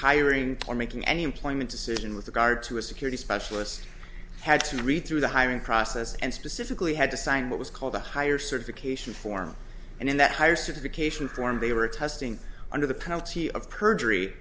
hiring or making any employment decision with regard to a security specialist had to read through the hiring process and specifically had to sign what was called the higher certification form and in that higher certification form they were testing under the penalty of perjury